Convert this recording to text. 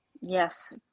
yes